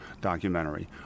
documentary